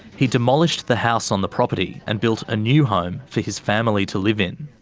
he demolished the house on the property and built a new home for his family to live in.